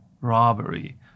robbery